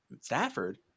Stafford